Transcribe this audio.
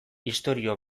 istorio